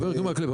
חבר הכנסת מקלב,